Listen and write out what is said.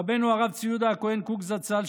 רבנו הרב צבי יהודה הכהן קוק זצ"ל,